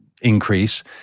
increase